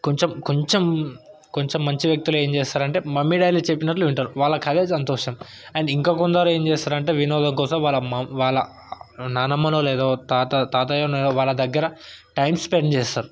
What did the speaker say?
కొంచెం కొంచెం మంచి వ్యక్తులు ఏం చేస్తారంటే మమ్మీ డాడీలు చెప్పినట్లు వింటారు వాళ్ళకదే సంతోషం అండ్ ఇంకా కొందరు ఏమి చేస్తారంటే వినోదం కోసం వాళ్ళ నాన్నమ్మనో లేదా తాతయ్యనో వాళ్ళ దగ్గర టైం స్పెండ్ చేస్తారు